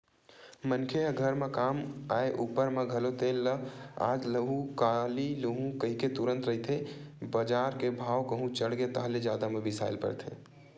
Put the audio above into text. मनखे ह घर म काम आय ऊपर म घलो तेल ल आज लुहूँ काली लुहूँ कहिके तुंगत रहिथे बजार के भाव कहूं चढ़गे ताहले जादा म बिसाय ल परथे